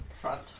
front